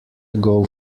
ago